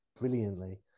brilliantly